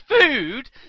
food